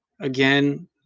again